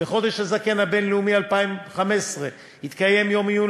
בחודש הזקן הבין-לאומי 2015 התקיים יום עיון